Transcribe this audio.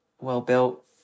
well-built